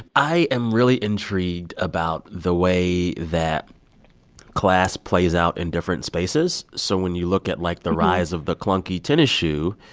i am really intrigued about the way that class plays out in different spaces. so when you look at, like, the rise of the clunky tennis shoe,